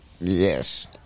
Yes